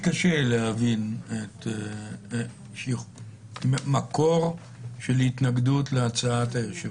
התביעה חוששת שה-VC יסכל פה מהלכי תביעה.